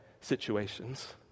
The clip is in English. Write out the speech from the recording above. situations